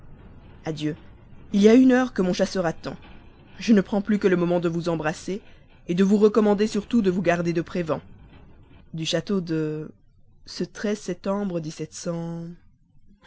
adieu il y a une heure que mon chasseur attend je ne prends plus que le moment de vous embrasser de vous recommander surtout de vous garder de prévan du château de